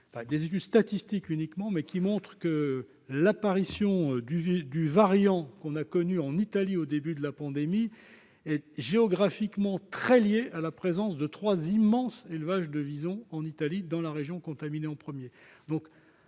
études statistiques, qui montrent que l'apparition du variant, en Italie, au début de la pandémie, est géographiquement très liée à la présence de trois immenses élevages de visons dans la région contaminée en premier.